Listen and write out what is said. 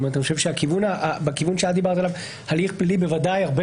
אני חושב שבכיוון שאת דיברת עליו הליך פלילי בוודאי הרבה